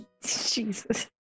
Jesus